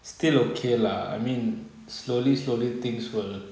still okay lah I mean slowly slowly things will